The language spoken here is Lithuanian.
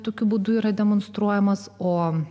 tokiu būdu yra demonstruojamas o